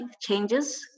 changes